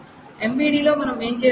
MVD లో మనం ఏమి చేసాము